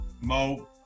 Mo